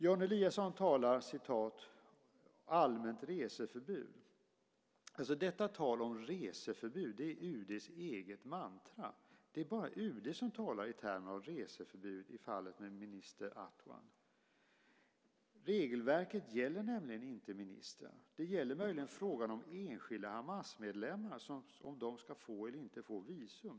Jan Eliasson talar om "allmänt reseförbud". Detta tal om reseförbud är UD:s eget mantra. Det är bara UD som talar i termer av reseförbud i fallet med minister Adwan. Regelverket gäller nämligen inte ministrarna. Det gäller möjligen frågan om enskilda Hamasmedlemmar ska få eller inte få visum.